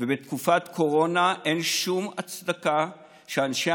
ובתקופת קורונה אין שום הצדקה שאנשי